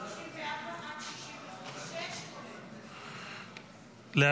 64 66, כולל.